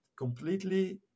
completely